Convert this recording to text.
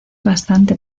bastante